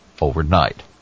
overnight